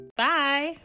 bye